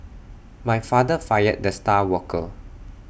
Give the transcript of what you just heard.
my father fired the star worker